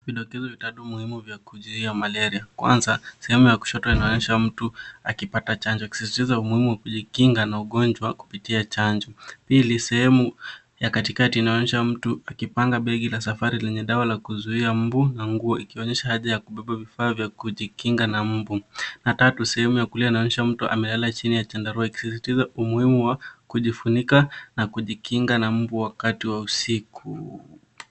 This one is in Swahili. Vidokezo vitatu muhimu vya kuzuia malaria. Kwanza, sehemu ya kushoto inaonyesha mt akipata chanjo ikisisitiza umuhimu wa kujikinga na ugonjwa kupitia chanjo. Pili, sehemu ya katikati inaonyesha mtu akipanga begi lasfari lenye dawa la kuzuia mbu ikionyesha haja ya kubeba vifaa vya kujikinga na mbu na tatu, sehemu ya kulia inaonyesha mtu amelala chini ya chandarua ikisisitiza umuhimu wa kujifunika na kujikinga na mbu wakati wa usiku.